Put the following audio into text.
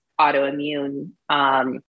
autoimmune